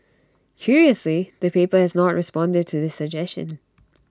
curiously the paper has not responded to this suggestion